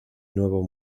nuevo